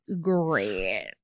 great